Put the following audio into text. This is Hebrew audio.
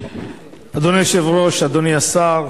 אדוני היושב-ראש, אדוני השר,